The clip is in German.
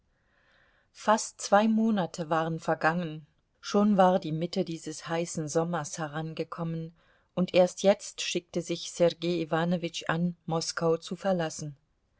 fast zwei monate waren vergangen schon war die mitte dieses heißen sommers herangekommen und erst jetzt schickte sich sergei iwanowitsch an moskau zu verlassen